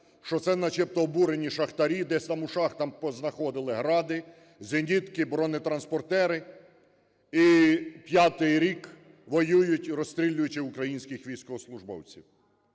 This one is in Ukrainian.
що це начебто обурені шахтарі десь там по шахтам познаходили "Гради", зенітки, бронетранспортери і п'ятий рік воюють, розстрілюючи українських військовослужбовців.